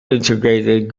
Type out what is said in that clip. integrated